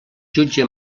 jutge